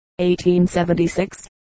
1876